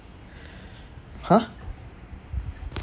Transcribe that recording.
!huh!